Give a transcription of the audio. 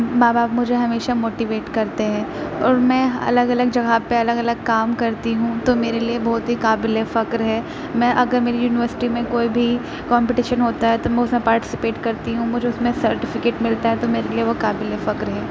ماں باپ مجھے ہمیشہ موٹیویٹ کرتے ہیں اور میں الگ الگ جگہ پہ الگ الگ کام کرتی ہوں تو میرے لیے بہت ہی قابل فخر ہے میں اگر میری یونیورسٹی میں کوئی بھی کمپٹیشن ہوتا ہے تو میں اس میں پاٹیسپیٹ کرتی ہوں مجھے اس میں سرٹیفکیٹ ملتا ہے تو میرے لیے وہ قابل فخر ہے